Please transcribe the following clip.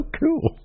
cool